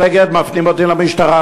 ל"אגד" מפנים אותי למשטרה,